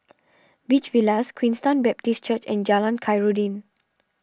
Beach Villas Queenstown Baptist Church and Jalan Khairuddin